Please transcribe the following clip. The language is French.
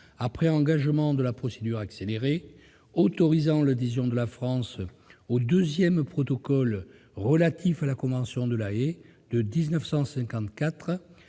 après engagement de la procédure accélérée, autorisant l'adhésion de la France au deuxième protocole relatif à la convention de La Haye de 1954